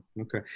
Okay